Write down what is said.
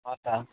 ହଁ ସାର୍